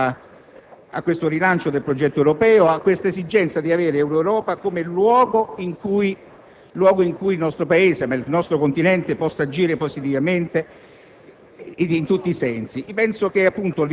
un aiuto al rilancio del progetto europeo, all'esigenza di un'Europa come luogo in cui il nostro Paese, il nostro Continente, possa agire positivamente